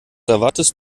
erwartest